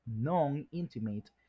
Non-intimate